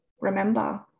remember